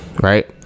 right